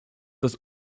das